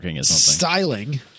Styling